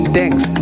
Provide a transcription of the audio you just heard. Thanks